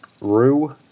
Rue